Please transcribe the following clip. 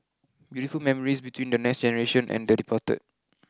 beautiful memories between the next generation and the departed